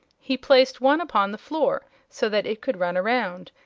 he placed one upon the floor, so that it could run around,